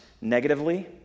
negatively